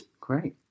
great